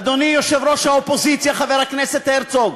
אדוני יושב-ראש האופוזיציה חבר הכנסת הרצוג,